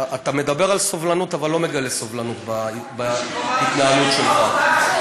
אתה מדבר על סובלנות אבל לא מגלה סובלנות בהתנהלות שלך.